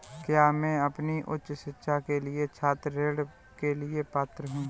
क्या मैं अपनी उच्च शिक्षा के लिए छात्र ऋण के लिए पात्र हूँ?